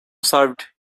served